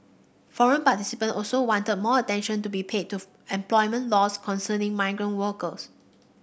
forum participant also wanted more attention to be paid to employment laws concerning migrant workers